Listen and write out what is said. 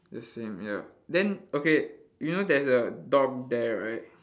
the same ya then okay you know there's a dog there right